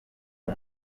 uwo